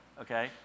okay